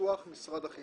אני